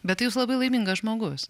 bet tai jūs labai laimingas žmogus